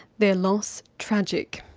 their loss, tragic.